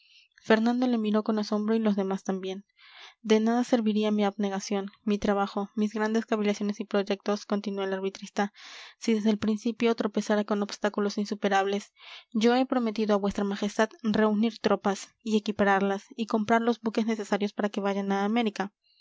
fernando le miró con asombro y los demás también de nada serviría mi abnegación mi trabajo mis grandes cavilaciones y proyectos continuó el arbitrista si desde el principio tropezara con obstáculos insuperables yo he prometido a vuestra majestad reunir tropas y equiparlas y comprar los buques necesarios para que vayan a américa